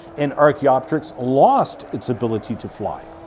and archaeopteryx lost its ability to fly.